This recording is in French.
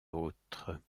autres